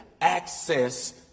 access